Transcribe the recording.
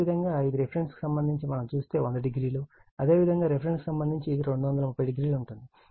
ఇదే విధంగా ఇది రిఫరెన్స్కు సంబంధించి మనం చూస్తే ఇది 1000 అదేవిధంగా రిఫరెన్స్తో సంబంధించి ఇది 230o ఉంటుంది